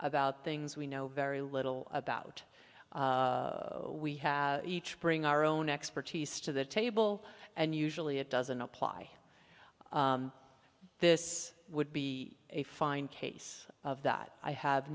about things we know very little about we have each bring our own expertise to the table and usually it doesn't apply this would be a fine case of that i have